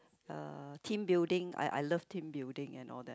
uh team building I I love team building and all that